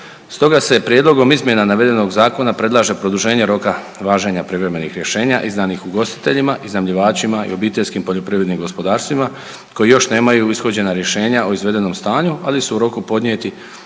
Stoga, se prijedlogom izmjena navedenoga zakona predlaže produženje roka važenja privremenih rješenja izdanih ugostiteljima, iznajmljivačima i obiteljskim poljoprivrednim gospodarstvima koji još nemaju ishođena rješenja o izvedenom stanju, ali su u roku podnijeti,